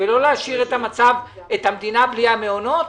ולא להשאיר את המדינה בלי המעונות?